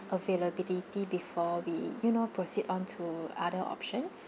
availability before we you know proceed on to other options